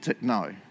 no